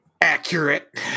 accurate